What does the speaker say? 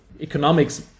economics